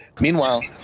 meanwhile